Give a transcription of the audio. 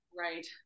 Right